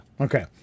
Okay